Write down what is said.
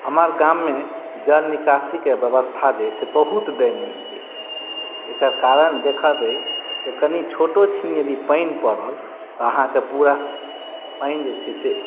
हमर गाममे जल निकासीके व्यवस्था जे अछि से बहुत दयनीय अछि एकर कारण देखबै जे कनि छोटो छिन यदि पानि पड़ल तऽ अहाँके पूरा पानि जेछै से